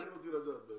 מעניין אותי לדעת.